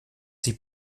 sich